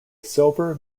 silver